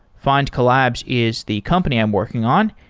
findcollabs is the company i'm working on.